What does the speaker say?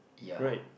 right